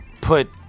put